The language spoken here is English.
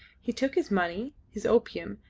he took his money, his opium,